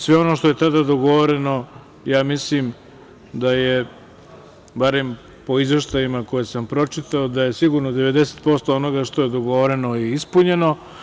Sve ono što je tada dogovoreno mislim da je, barem po izveštajima koje sam pročitao, da je sigurno 90% onoga što je dogovoreno i ispunjeno.